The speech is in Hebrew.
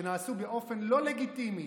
שנעשו באופן לא לגיטימי,